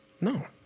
No